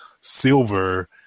silver